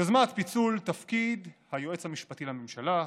יוזמת פיצול תפקיד היועץ המשפטי לממשלה,